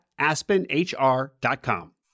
AspenHR.com